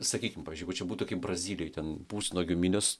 sakykim pavyzdžiui jeigu čia būtų kai brazilijoj ten pusnuogių minios